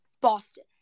Boston